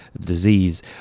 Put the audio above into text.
disease